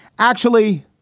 actually,